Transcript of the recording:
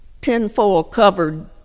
tinfoil-covered